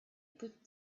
put